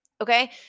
Okay